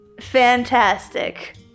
fantastic